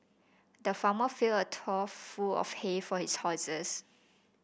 the farmer filled a trough full of hay for his horses